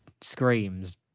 screams